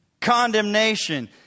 condemnation